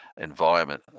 environment